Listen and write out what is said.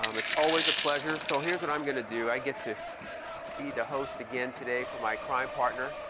um it's always a pleasure, so here's what i'm gonna do. i get to be the host again today for my crime partner.